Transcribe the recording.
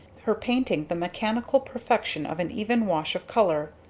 her painting the mechanical perfection of an even wash of color.